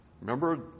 Remember